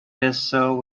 vessels